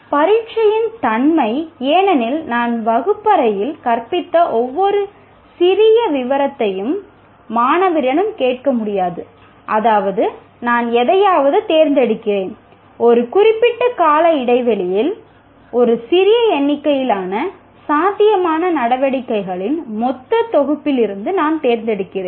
பரீட்சையின் தன்மை ஏனெனில் நான் வகுப்பறையில் கற்பித்த ஒவ்வொரு சிறிய விவரத்தையும் மாணவரிடம் கேட்க முடியாது அதாவது நான் எதையாவது தேர்ந்தெடுக்கிறேன் ஒரு குறிப்பிட்ட கால இடைவெளியில் ஒரு சிறிய எண்ணிக்கையிலான சாத்தியமான நடவடிக்கைகளின் மொத்த தொகுப்பிலிருந்து நான் தேர்ந்தெடுக்கிறேன்